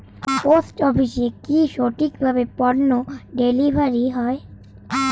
Post অফিসে কি সঠিক কিভাবে পন্য ডেলিভারি হয়?